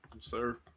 sir